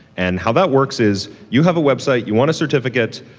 and how that works is you have a website, you want a certificate,